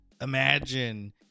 imagine